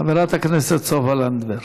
חברת הכנסת סופה לנדבר.